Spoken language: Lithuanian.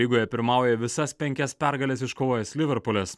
lygoje pirmauja visas penkias pergales iškovojęs liverpulis